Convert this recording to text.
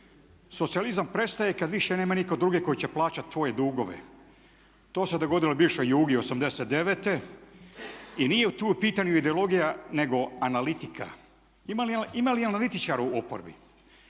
socijalizam prestaje kada više nema nitko drugi koji će plaćati tvoje dugove, to se dogodilo bivšoj Jugi '8. I nije tu u pitanju ideologija nego analitika. Ima li analitičara u oporbi?